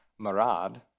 Marad